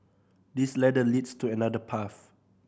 this ladder leads to another path